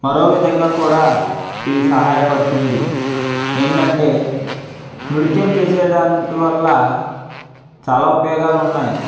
మరో విధంగా కూడా ఇది సహాయపడుతుంది ఏంటంటే నృత్యం చేసే దానివల్ల చాలా ఉపయోగాలు ఉన్నాయి